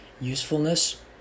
usefulness